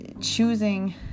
choosing